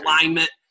alignment